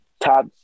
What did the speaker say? top